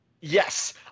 Yes